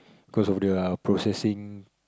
cause of the uh processing